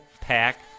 Pack